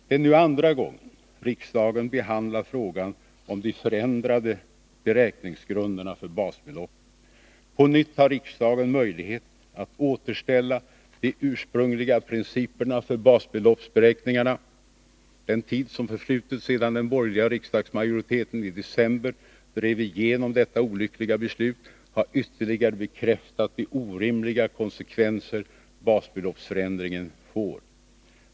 Det är nu andra gången riksdagen behandlar frågan om de förändrade beräkningsgrunderna för basbeloppet. På nytt har riksdagen möjlighet att återställa de ursprungliga principerna för basbeloppsberäkningarna. Den tid som förflutit sedan den borgerliga riksdagsmajoriteten i december drev igenom detta olyckliga beslut har ytterligare bekräftat de orimliga konsekvenser basbeloppsförändringen får.